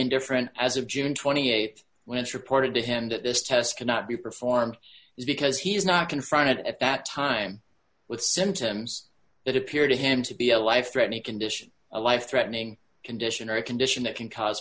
indifferent as of june th when it's reported to him that this test cannot be performed is because he is not confronted at that time with symptoms that appear to him to be a life threatening condition a life threatening condition or a condition that can cause